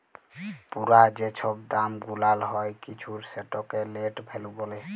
পুরা যে ছব দাম গুলাল হ্যয় কিছুর সেটকে লেট ভ্যালু ব্যলে